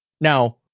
Now